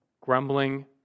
grumbling